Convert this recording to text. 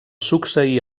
succeí